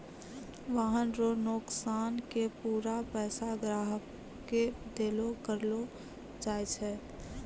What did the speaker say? वाहन रो नोकसान के पूरा पैसा ग्राहक के देलो करलो जाय छै